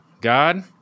God